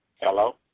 Hello